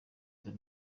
des